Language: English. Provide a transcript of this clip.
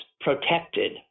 protected